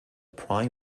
prime